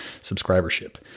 subscribership